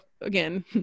again